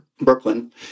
Brooklyn